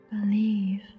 Believe